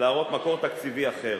להראות מקור תקציבי אחר.